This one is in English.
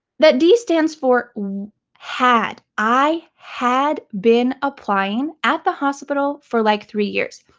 that d stands for had, i had been applying at the hospital for like three years.